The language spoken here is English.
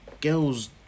girls